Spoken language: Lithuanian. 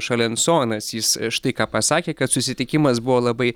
šalensonas jis štai ką pasakė kad susitikimas buvo labai